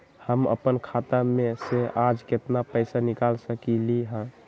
हम अपन खाता में से आज केतना पैसा निकाल सकलि ह?